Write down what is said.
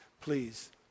Please